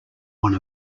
one